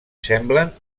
semblen